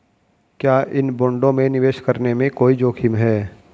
क्या इन बॉन्डों में निवेश करने में कोई जोखिम है?